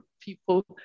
people